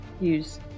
use